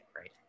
right